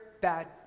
bad